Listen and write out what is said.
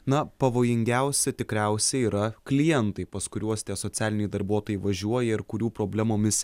na pavojingiausi tikriausiai yra klientai pas kuriuos tie socialiniai darbuotojai važiuoja ir kurių problemomis